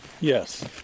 yes